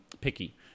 picky